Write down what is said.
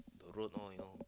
the road all you know